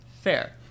Fair